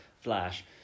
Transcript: Flash